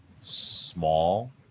small